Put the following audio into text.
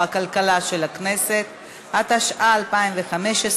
התשע"ו 2015,